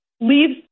leaves